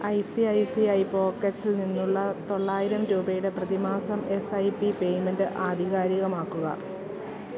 I C I C I pockets ൽ നിന്നുള്ള തൊള്ളായിരം രൂപയുടെ പ്രതിമാസ എസ് ഐ പി പേയ്മെൻറ്റ് ആധികാരികമാക്കുക